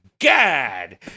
God